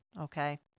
Okay